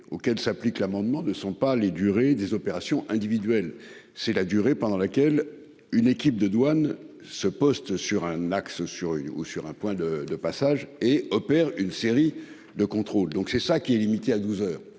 auxquelles s'appliquent l'amendement de sont pas les durées des opérations individuelles, c'est la durée pendant laquelle. Une équipe de douane ce poste sur un axe sur une ou sur un point de de passage et opère une série de contrôles donc c'est ça qui est limitée à 12h